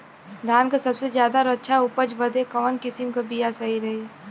धान क सबसे ज्यादा और अच्छा उपज बदे कवन किसीम क बिया सही रही?